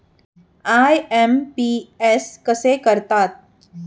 IMPS कसे करतात?